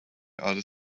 other